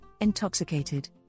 intoxicated